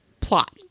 plot